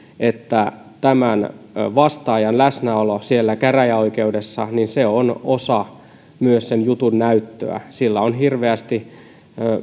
että vastaajan läsnäolo siellä käräjäoikeudessa on myös osa sen jutun näyttöä sillä on hirveästi